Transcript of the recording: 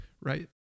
Right